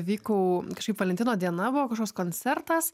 vykau kažkaip valentino diena buvo kažkoks koncertas